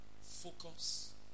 focus